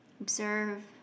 Observe